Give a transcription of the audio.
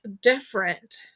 different